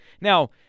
Now